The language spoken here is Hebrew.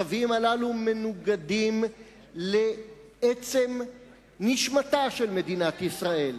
הצווים הללו מנוגדים לעצם נשמתה של מדינת ישראל,